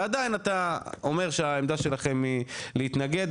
ועדיין אתה אומר שהעמדה שלכם להתנגד,